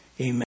amen